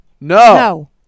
No